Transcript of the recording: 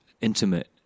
intimate